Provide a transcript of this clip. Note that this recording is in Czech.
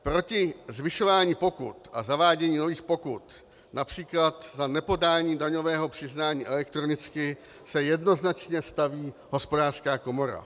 Proti zvyšování pokut a zavádění nových pokut např. za nepodání daňového přiznání elektronicky se jednoznačně staví Hospodářská komora.